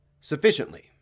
sufficiently